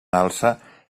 alça